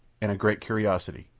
and a great curiosity.